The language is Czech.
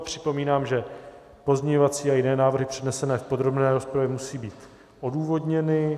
Připomínám, že pozměňovací a jiné návrhy přednesené v podrobné rozpravě musí být odůvodněny.